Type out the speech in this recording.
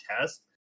test